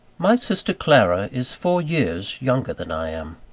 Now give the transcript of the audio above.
my sister clara is four years younger than i am.